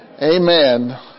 Amen